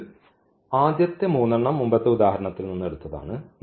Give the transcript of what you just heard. ഇതിൽ ആദ്യത്തെ 3 എണ്ണം മുമ്പത്തെ ഉദാഹരണത്തിൽ നിന്ന് എടുത്തതാണ്